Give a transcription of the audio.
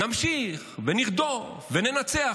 נמשיך ונרדוף וננצח.